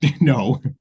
no